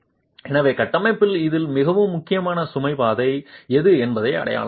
எனவே கட்டமைப்பில் இதில் மிக முக்கியமான சுமை பாதை எது என்பதை அடையாளம் காணவும்